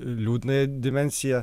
liūdnąją dimensiją